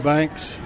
Banks